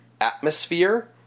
atmosphere